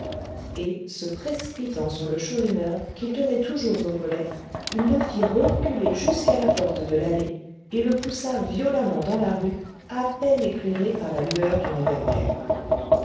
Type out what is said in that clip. et se précipitant sur le chourineur qu'il tenait toujours au collet il le fit reculer jusqu'à la porte de l'allée et le poussa violemment dans la rue à peine éclairée par la lueur du réverbère